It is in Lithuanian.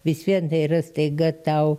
vis vien tai yra staiga tau